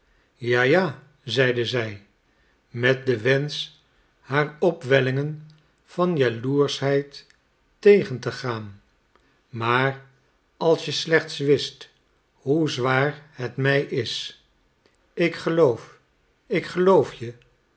ja ja zeide zij met den wensch haar opwellingen van jaloerschheid tegen te gaan maar als je slechts wist hoe zwaar het mij is ik geloof ik geloof je